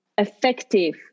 effective